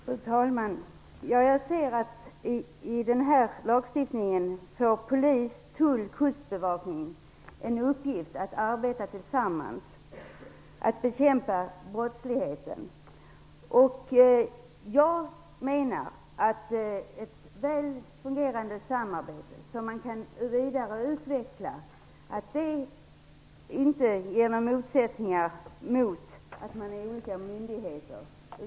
Fru talman! Ja, jag ser att polis, tull och kustbevakning i den här lagstiftningen får i uppgift att arbeta tillsammans för att bekämpa brottsligheten. Jag menar att ett väl fungerande samarbete, som man kan utveckla vidare, inte står i motsättning till myndigheternas uppgifter.